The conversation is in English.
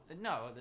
no